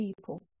people